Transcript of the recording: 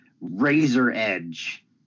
razor-edge